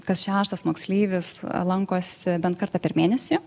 kas šeštas moksleivis lankosi bent kartą per mėnesį